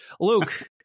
Luke